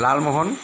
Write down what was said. Lalmohan